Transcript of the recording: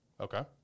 Okay